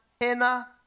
henna